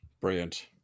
Brilliant